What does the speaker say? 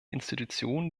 institutionen